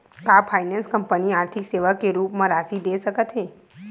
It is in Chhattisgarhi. का फाइनेंस कंपनी आर्थिक सेवा के रूप म राशि दे सकत हे?